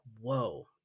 whoa